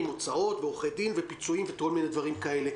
עם הוצאות ועורכי דין ופיצויים וכל מיני דברים כאלה.